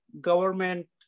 government